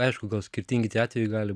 aišku gal skirtingi tie atvejai gali